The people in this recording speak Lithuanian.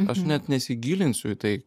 aš net nesigilinsiu į tai